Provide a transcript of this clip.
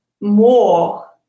more